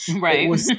Right